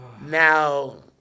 Now